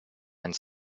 and